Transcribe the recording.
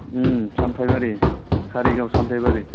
सामथायबारि कारिगाव सामथायबारि